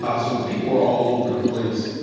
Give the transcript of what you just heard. ah so people were all over the place.